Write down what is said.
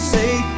Say